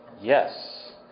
yes